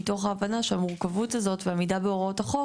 מתוך ההבנה שהמורכבות הזאת והעמידה בהוראות החוק